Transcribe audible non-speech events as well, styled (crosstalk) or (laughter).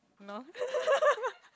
no (laughs)